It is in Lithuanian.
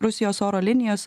rusijos oro linijos